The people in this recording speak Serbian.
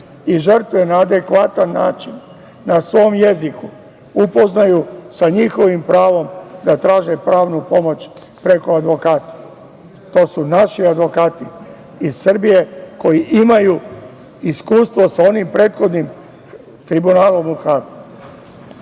i žrtve na adekvatan način, na svom jeziku upoznaju sa njihovim pravom da traže pravnu pomoć preko advokata. To su naši advokati iz Srbije koji imaju iskustvo sa onim prethodnim tribunalom u